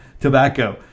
Tobacco